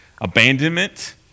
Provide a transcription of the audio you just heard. abandonment